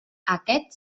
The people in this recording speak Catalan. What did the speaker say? aquest